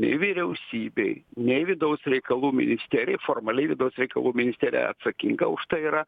nei vyriausybėj nei vidaus reikalų ministerijoj formaliai vidaus reikalų ministerija atsakinga už tai yra